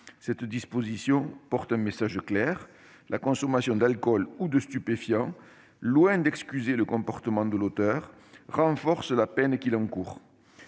et délits. Ainsi, le message sera clair : la consommation d'alcool ou de stupéfiants, loin d'excuser le comportement de l'auteur, renforce la peine qu'il encourt.